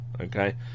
Okay